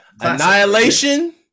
Annihilation